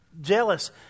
jealous